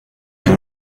que